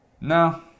No